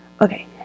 Okay